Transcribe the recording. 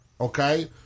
Okay